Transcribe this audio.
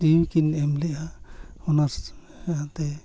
ᱡᱤᱣᱤ ᱠᱤᱱ ᱮᱢ ᱞᱮᱫᱼᱟ ᱚᱱᱟ ᱥᱟᱶᱛᱮ